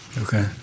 Okay